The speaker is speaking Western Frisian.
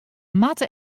moatte